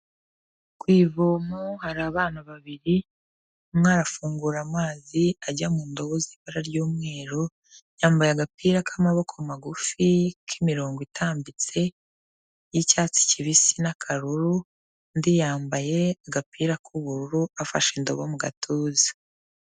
Ku ivomo hari abana babiri, umwe arafungura amazi ajya mu ndobo z'ibara ry'umweru, yambaye agapira k'amaboko magufi k'imirongo itambitse, y'icyatsi kibisi n'akaruru, undi yambaye agapira k'ubururu afashe indobo mu gatuza.